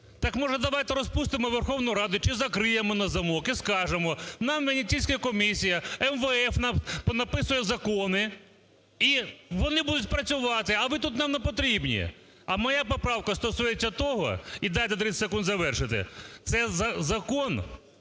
Так може давайте розпустимо Верховну Раду чи закриємо на замок і скажемо, нам Венеційська комісія, МВФ понаписує закони, і вони будуть працювати, а ви нам тут непотрібні. А моя поправка стосується того, і дайте 30 секунд завершити, це закон,